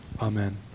amen